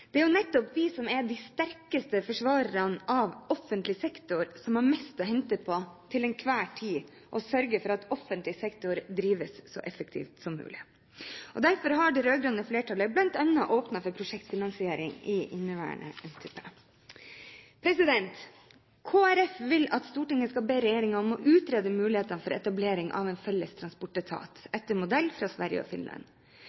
Det er jo nettopp vi som er de sterkeste forsvarerne av offentlig sektor, som har mest å hente på til enhver tid å sørge for at offentlig sektor drives så effektivt som mulig. Derfor har det rød-grønne flertallet bl.a. åpnet for prosjektfinansiering i inneværende NTP. Kristelig Folkeparti vil at Stortinget skal be regjeringen om å utrede mulighetene for etablering av en felles transportetat,